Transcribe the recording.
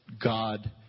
God